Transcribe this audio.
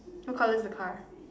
who call this a car